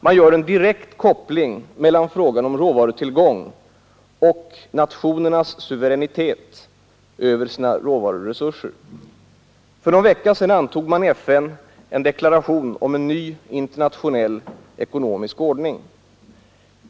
Man gör en direkt koppling mellan frågan om råvarutillgången och nationernas suveränitet över sina råvaruresurser. För någon vecka sedan antog man i FN en deklaration om en ny internationell ekonomisk ordning.